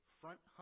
front